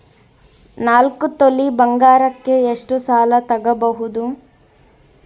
ನಾಲ್ಕು ತೊಲಿ ಬಂಗಾರಕ್ಕೆ ಎಷ್ಟು ಸಾಲ ತಗಬೋದು?